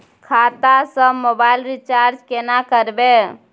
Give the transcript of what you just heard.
खाता स mobile recharge केना करबे?